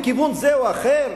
לכיוון זה או אחר?